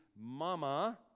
mama